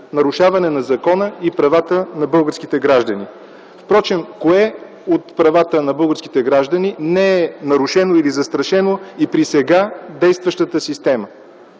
нарушаване на закона и правата на българските граждани. Впрочем, кое от правата на българските граждани не е нарушено или застрашено и при сега действащата система?